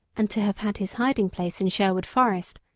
and to have had his hiding place in sherwood forest,